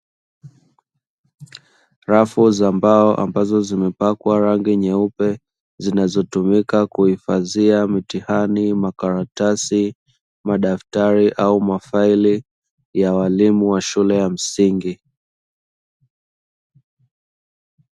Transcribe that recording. Rafu za mbao ambazo zimepakwa rangi nyeupe zinazotumika kuhifadhia mitihani, makaratasi, madaftari au mafaili ya walimu wa shule ya msingi.